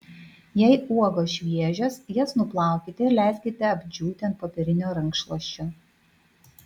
jei uogos šviežios jas nuplaukite ir leiskite apdžiūti ant popierinio rankšluosčio